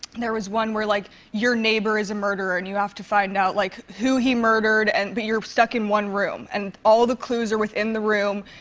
there was one where, like, your neighbor is a murderer and you have to find out, like, who he murdered. and but you're stuck in one room, and all of the clues are within the room.